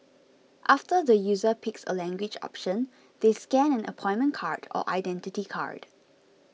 after the user picks a language option they scan an appointment card or Identity Card